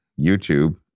YouTube